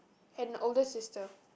an older sister